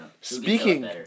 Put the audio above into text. Speaking